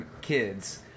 kids